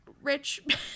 rich